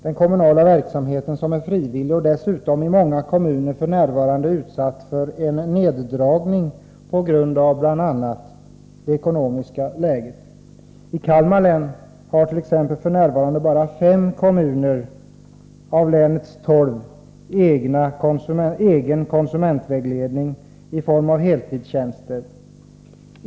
Den kommunala verksamheten, som är frivillig, är i många kommuner f.n. utsatt för en neddragning på grund av bl.a. det ekonomiska läget. I Kalmar län t.ex. har i dag bara fem av länets tolv kommuner egen konsumentvägledning i form av heltidstjänster.